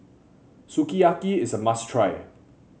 sukiyaki is a must try